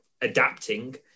adapting